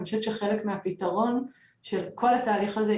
אני חושבת שחלק מהפתרון של כל התהליך הזה,